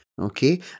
Okay